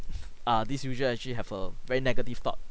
err these usual actually have a very negative thought